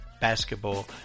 basketball